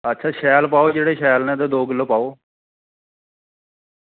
ते शैल पाओ जेह्ड़े शैल न दौ किलो पाओ